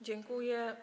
Dziękuję.